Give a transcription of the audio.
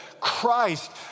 Christ